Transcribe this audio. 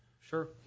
sure